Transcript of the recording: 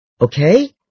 Okay